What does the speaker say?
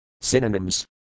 Synonyms